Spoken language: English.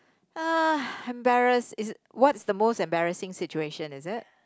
uh embarrass is it what is the most embarrassing situation is it